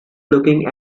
looking